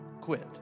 Quit